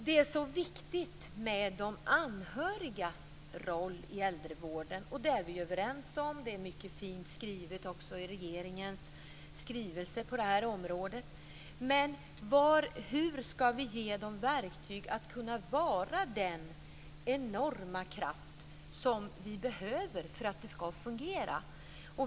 Det är viktigt med de anhörigas roll i äldrevården. Det är vi överens om. Det framgår i regeringens skrivelse. Men hur skall vi ge de anhöriga verktyg att vara den enorma kraft som vi behöver för att det skall fungera?